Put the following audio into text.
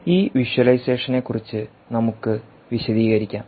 ഈ വിഷ്വലൈസേഷനെക്കുറിച്ച് നമുക്ക് വിശദീകരിക്കാം